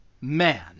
man